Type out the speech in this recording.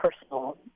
personal